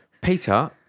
Peter